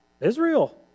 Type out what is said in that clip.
Israel